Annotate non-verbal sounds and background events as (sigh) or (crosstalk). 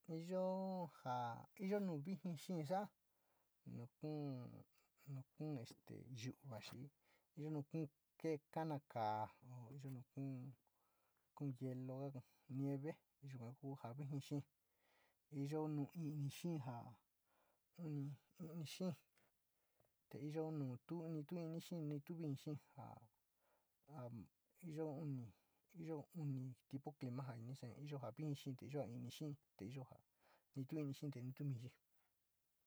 Yo'ó njá yo'ó no kinxhinxa'á nukun nukun este yúú vaxhíí, yo'ó noke kana'a ka'á ho yuun kón hielo, nieve yuu kanguu avixhi xí yo'ó nó'o íín xhin nján (hesitation) uni xhín, te yo'ó no'ó tuní tuini xhini kuixhin nján ha iin yo'ó oní yo'ó oní, yo'ó oni tipo clima ján yoja kixen yo'ó ini xhin tén yo'ó njá nii tuu inixhín tétumixí.